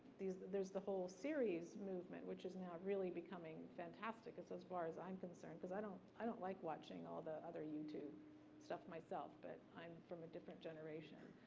there's the whole series movement, which is now really becoming fantastic as as far as i'm concerned, because i don't i don't like watching all the other youtube stuff myself, but i'm from a different generation.